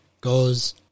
goes